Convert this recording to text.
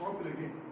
again